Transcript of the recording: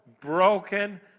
broken